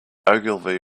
ogilvy